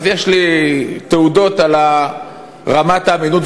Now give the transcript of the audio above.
אז יש לי תעודות על רמת האמינות.